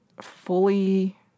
fully